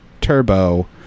turbo